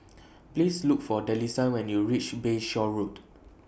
Please Look For Delisa when YOU REACH Bayshore Road